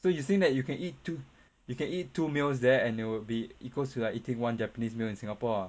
so you think that you can eat two you can eat two meals there and it will be equals to like eating one japanese meal in singapore ah